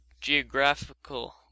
geographical